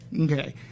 Okay